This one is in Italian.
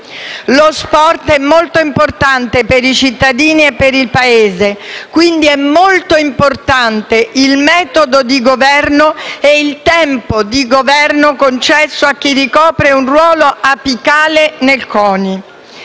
Lo sport è molto importante per i cittadini e per il Paese. Quindi, è molto importante il metodo di governo e il tempo di governo concesso a chi ricopre un ruolo apicale nel CONI